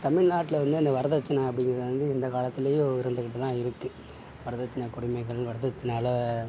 தமிழ்நாட்டில வந்து அந்த வரதட்சணை அப்படிங்கிறது வந்து இந்த காலத்திலவும் இருந்துக்கிட்டு தான் இருக்குது வரதட்சணை கொடுமைகள் வரதட்சணையால்